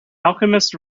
alchemist